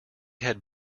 had